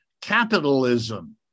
Capitalism